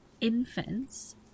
infants